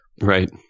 Right